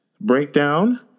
breakdown